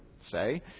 say